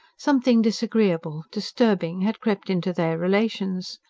something disagreeable, disturbing, had crept into their relations.